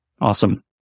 Awesome